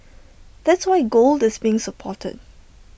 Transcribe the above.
that's why gold is being supported